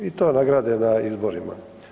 I to nagrade na izborima.